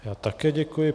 Já také děkuji.